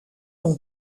nom